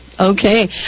Okay